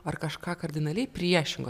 ar kažką kardinaliai priešingo